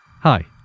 Hi